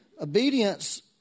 obedience